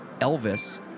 Elvis